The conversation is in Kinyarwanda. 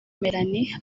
melanie